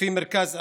לפי מרכז אמאן,